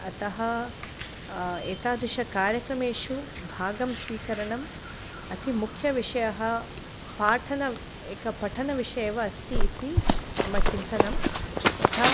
अतः एतादृशकार्यक्रमेषु भागस्वीकरणम् अितिमुख्यविषयः पाठनम् एकः पठनविषयः एव अस्ति इति मम चिन्तनं यथा